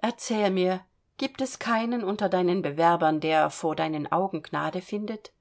erzähl mir giebt es keinen unter deinen bewerbern der vor deinen augen gnade findet